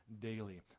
daily